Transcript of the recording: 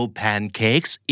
pancakes